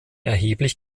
erheblich